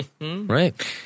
right